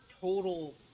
total